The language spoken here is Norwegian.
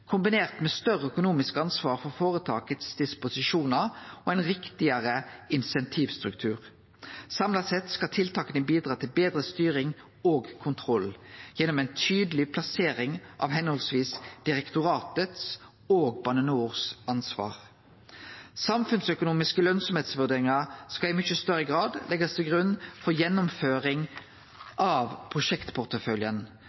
kombinert med større økonomisk ansvar for disposisjonane til føretaket og ein riktigare insentivstruktur. Samla sett skal tiltaka bidra til betre styring og kontroll gjennom ei tydeleg plassering av ansvaret til høvesvis direktoratet og Bane NOR. Samfunnsøkonomiske lønsemdsvurderingar skal i mykje større grad leggjast til grunn for